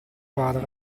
quadra